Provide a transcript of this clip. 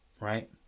right